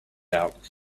out